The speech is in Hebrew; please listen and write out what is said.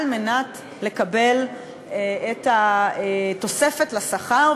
על מנת לקבל את התוספת לשכר,